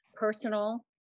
personal